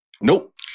Nope